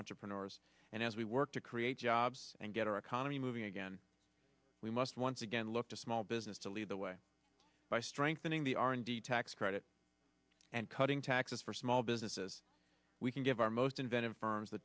entrepreneurs and as we work to create jobs and get our economy moving again we must once again look to small business to lead the way by strengthening the r and d tax credit and cutting taxes for small businesses we can give our most inventive firms the